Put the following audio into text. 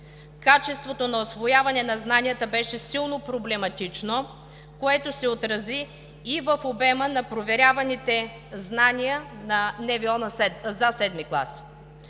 Качеството на усвояване на знанията беше силно проблематично, което се отрази и в обема на проверяваните знания на НВО